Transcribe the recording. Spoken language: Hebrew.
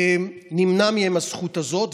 נמנעת מהם הזכות הזאת,